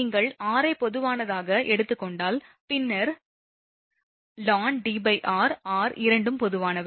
நீங்கள் r ஐ பொதுவானதை எடுத்துக் கொண்டால் பின்னர் மற்றும் ln Dr r இரண்டும் பொதுவானவை